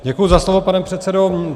Děkuji za slovo, pane předsedo.